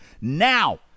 now